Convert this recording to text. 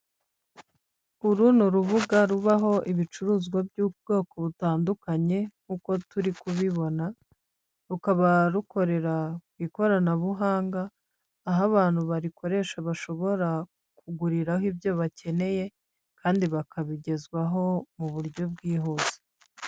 Uru ni urubuga rubaho ibicuruzwa by'ubwoko butandukanye nk'uko turimo kubibona, rukaba rukorera ku ikoranabuhanga aho abantu barikoresha bashobora kuguriraho ibyo bakeneye kandi bakabigezwaho mu buryo bwihuse.